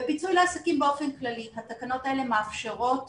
בפיצוי לעסקים באופן כללי התקנות האלה מאפשרות